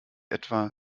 etwa